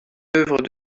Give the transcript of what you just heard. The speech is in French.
œuvres